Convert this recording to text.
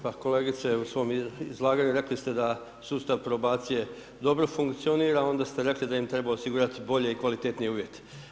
Pa kolegice u svom izlaganju rekli ste da sustav probacije dobro funkcionira onda ste rekli da im treba osigurati bolje i kvalitetnije uvjete.